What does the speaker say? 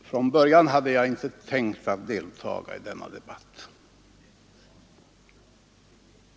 Från början hade jag inte tänkt delta i denna debatt.